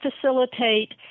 facilitate